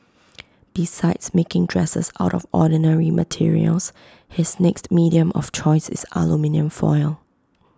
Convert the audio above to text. besides making dresses out of ordinary materials his next medium of choice is aluminium foil